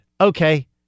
Okay